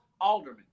Alderman